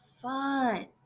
fun